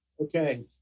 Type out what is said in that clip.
Okay